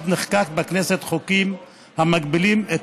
עוד נחקקו בכנסת חוקים המגבילים את